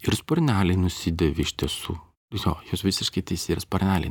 ir sparneliai nusidėvi iš tiesų jūs jo jūs visiškai teisi ir sparneliai